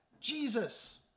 jesus